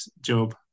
job